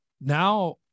now